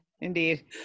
indeed